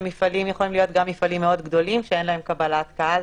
שמפעלים יכולים להיות גם מפעלים מאוד גדולים שאין להם קבלת קהל,